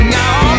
now